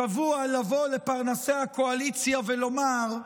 שבוע לבוא לפרנסי הקואליציה ולומר: